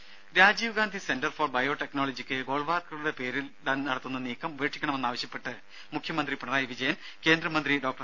Rambha Rajiv Gandhi centre for ബയോടെക്നോളജിക്ക് ഗോൾവാൾക്കറുടെ പേരിടാൻ നടത്തുന്ന നീക്കം ഉപേക്ഷിക്കണമെന്നാവശ്യപ്പെട്ട് മുഖ്യമന്ത്രി പിണറായി വിജയൻ കേന്ദ്രമന്ത്രി ഡോ